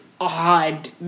odd